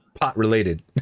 pot-related